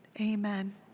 Amen